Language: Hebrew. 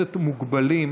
באמצעות ממוגרפיה,